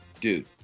dude